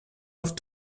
off